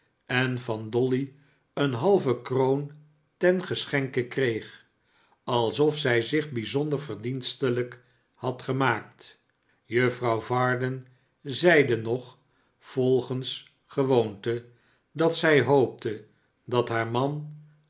en van dolly een halve kroon ten geschenke kreeg alsof zij zich bijzonder verdienstelijk had gemaakt juffrouw varden zeide nog volgens gewoonte dat zij hoopte dat haar man